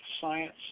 science